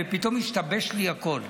ופתאום השתבש לי הכול.